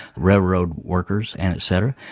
railroad workers and et cetera.